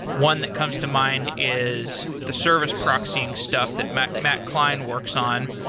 one that comes to mind is the service proxying stuff that matt matt klein works on.